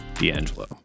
D'Angelo